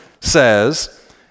says